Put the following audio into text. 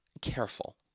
careful